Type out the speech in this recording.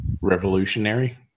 Revolutionary